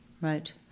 right